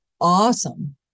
awesome